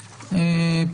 שלום לכולם, מצטער על העיכוב.